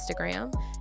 instagram